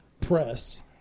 press